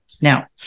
Now